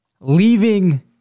leaving